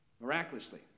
miraculously